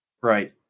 Right